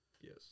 Yes